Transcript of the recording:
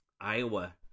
Iowa